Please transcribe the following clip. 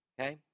okay